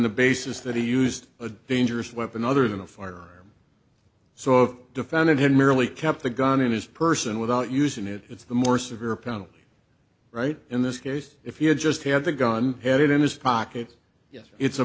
the basis that he used a dangerous weapon other than a firearm so defendant had merely kept the gun in his person without using it it's the more severe penalty right in this case if he had just had the gun had it in his pocket yes it's a